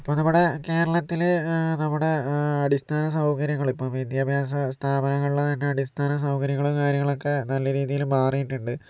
ഇപ്പോഴിവിടെ കേരളത്തില് നമ്മുടെ അടിസ്ഥാന സൗകര്യങ്ങള് ഇപ്പോൾ വിദ്യാഭ്യാസ സ്ഥാപനങ്ങളിലെ തന്നെ അടിസ്ഥാന സൗകര്യങ്ങള് കാര്യങ്ങളൊക്കെ നല്ല രീതീല് മാറീട്ടുണ്ട്